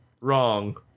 Wrong